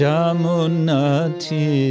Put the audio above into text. Jamunati